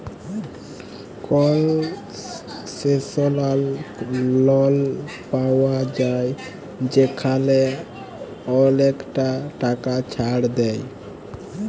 কলসেশলাল লল পাউয়া যায় যেখালে অলেকটা টাকা ছাড় দেয়